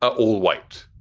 ah all white.